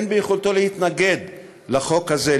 אין ביכולתו להתנגד לחוק הזה,